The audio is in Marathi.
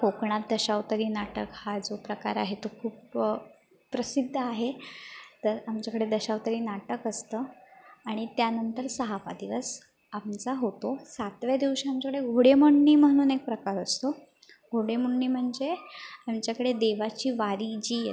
कोकणात दशावतारी नाटक हा जो प्रकार आहे तो खूप प्रसिद्ध आहे तर आमच्याकडे दशावतारी नाटक असतं आणि त्यानंतर सहावा दिवस आमचा होतो सातव्या दिवशी आमच्याकडे घोडेमोडणी म्हणून एक प्रकार असतो घोडेमोडणी म्हणजे आमच्याकडे देवाची वारी जी येतात